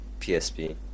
PSP